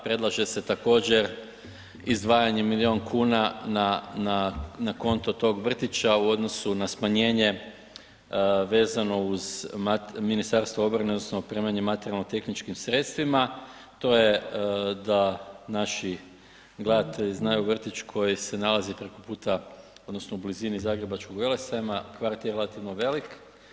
Predlaže se također izdvajanje milijun kuna na konto tog vrtića u odnosu na smanjenje vezano uz Ministarstvo obrane odnosno opremanje materijalno tehničkim sredstvima to je da naši gledatelji znaju vrtić koji se nalazi preko puta, odnosno u blizini Zagrebačkog velesajma, kvart je relativno velik.